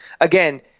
again